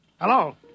Hello